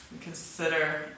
Consider